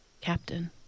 captain